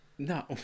No